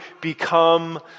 become